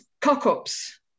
cock-ups